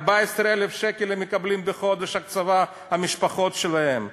14,000 שקל בחודש הקצבה המשפחות שלהם מקבלות.